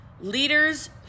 leaders